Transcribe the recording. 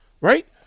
right